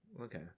okay